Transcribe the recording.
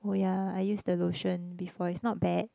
oh ya I use the lotion before it's not bad